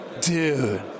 Dude